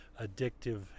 addictive